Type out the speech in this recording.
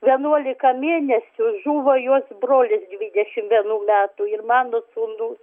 vienuolika mėnesių žuvo juos brolis dvidešim vienų metų ir mano sūnus